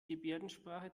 gebärdensprache